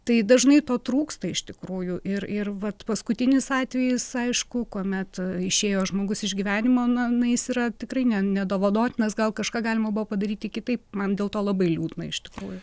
tai dažnai to trūksta iš tikrųjų ir ir vat paskutinis atvejis aišku kuomet išėjo žmogus iš gyvenimo na na jis yra tikrai ne nedovanotinas gal kažką galima buvo padaryti kitaip man dėl to labai liūdna iš tikrųjų